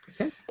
Okay